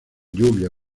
lluvia